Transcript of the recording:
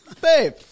Babe